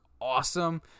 awesome